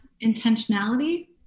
intentionality